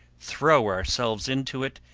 throw ourselves into it,